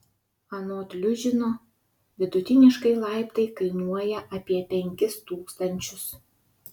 anot liužino vidutiniškai laiptai kainuoja apie penkis tūkstančius